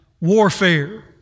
warfare